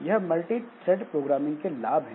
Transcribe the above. यह multithread programming के लाभ हैं